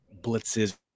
blitzes